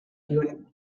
two